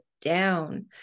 down